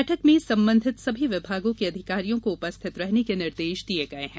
बैठक में संबंधित सभी विभागों के अधिकारियों को उपस्थित रहने के निर्देश दिए गए हैं